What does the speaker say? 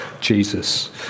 Jesus